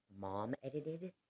mom-edited